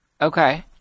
okay